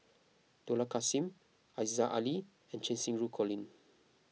Dollah Kassim Aziza Ali and Cheng Xinru Colin